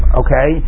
okay